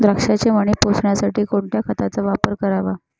द्राक्षाचे मणी पोसण्यासाठी कोणत्या खताचा वापर करावा?